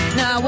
Now